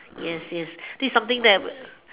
yes yes this is something that